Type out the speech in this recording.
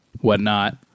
whatnot